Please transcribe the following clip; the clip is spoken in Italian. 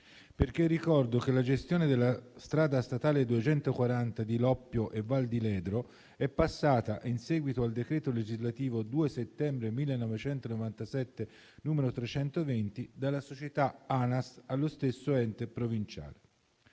infatti, che la gestione della strada statale 240 di Loppio e Val di Ledro è passata, in seguito al decreto legislativo 2 settembre 1997, n. 320, dalla società Anas allo stesso ente provinciale.